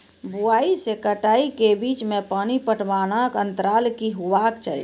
बुआई से कटाई के बीच मे पानि पटबनक अन्तराल की हेबाक चाही?